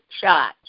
shot